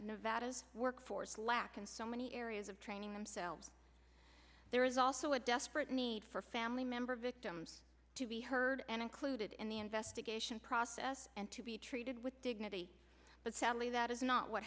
nevada's workforce lack in so many areas of training themselves there is also a desperate need for family member victims to be heard and included in the investigation process and to be treated with dignity but sadly that is not what